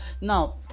now